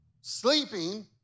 sleeping